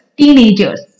teenagers